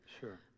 Sure